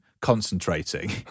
concentrating